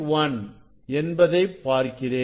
1 என்பதை பார்க்கிறேன்